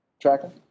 Tracking